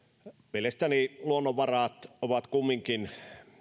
mielestäni luonnonvarat ovat kumminkin